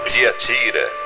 Diatira